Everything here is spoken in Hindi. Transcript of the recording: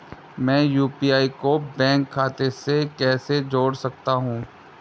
मैं यू.पी.आई को बैंक खाते से कैसे जोड़ सकता हूँ?